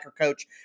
coach